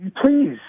Please